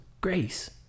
grace